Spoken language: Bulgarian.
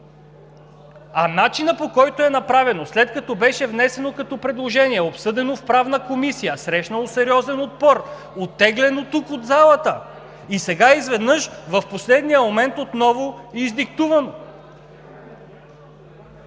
А начинът, по който е направено, след като беше внесено като предложение, обсъдено в Правна комисия, срещнало сериозен отпор, оттеглено тук от залата, и сега изведнъж в последния момент отново издиктувано!?